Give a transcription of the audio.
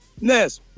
Ness